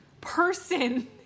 person